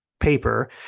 paper